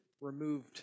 removed